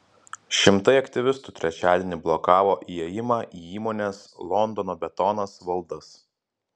šimtai aktyvistų trečiadienį blokavo įėjimą į įmonės londono betonas valdas